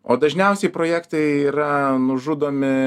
o dažniausiai projektai yra nužudomi